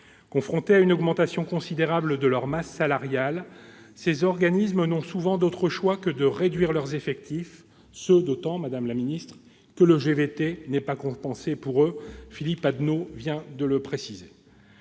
Confrontés à une augmentation considérable de leur masse salariale, ces organismes n'ont souvent d'autre choix que de réduire leurs effectifs, ce d'autant, madame la ministre, que le GVT n'est pas compensé pour eux- Philippe Adnot vient de le préciser.